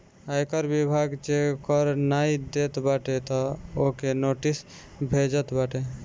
आयकर विभाग जे कर नाइ देत बाटे तअ ओके नोटिस भेजत बाटे